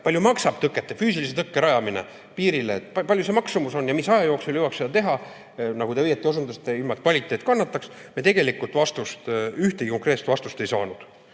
palju maksab füüsilise tõkke rajamine piirile, kui suur see maksumus on ja mis aja jooksul jõuaks seda teha – nagu te õieti osundasite, ilma et kvaliteet kannataks –, me tegelikult ühtegi konkreetset vastust ei saanud. Ma